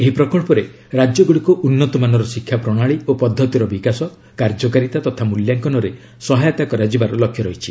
ଏହି ପ୍ରକଳ୍ପରେ ରାଜ୍ୟଗୁଡ଼ିକୁ ଉନ୍ନତମାନର ଶିକ୍ଷା ପ୍ରଣାଳୀ ଓ ପଦ୍ଧତିର ବିକାଶ କାର୍ଯ୍ୟକାରିତା ତଥା ମୂଲ୍ୟାଙ୍କନରେ ସହାୟତା କରାଯିବାର ଲକ୍ଷ୍ୟ ରହିଛି